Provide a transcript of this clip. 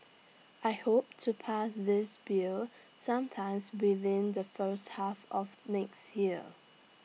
I hope to pass this bill sometimes within the first half of next year